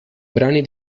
brani